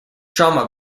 trauma